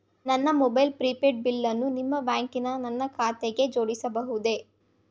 ನನ್ನ mobile prepaid ಬಿಲ್ಲನ್ನು ನಿಮ್ಮ ಬ್ಯಾಂಕಿನ ನನ್ನ ಖಾತೆಗೆ ಜೋಡಿಸಬಹುದೇ?